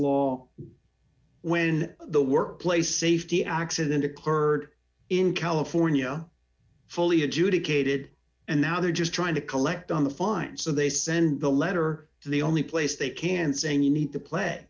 law when the workplace safety accident occurred in california fully adjudicated and now they're just trying to collect on the fine so they send the letter to the only place they can say may need to play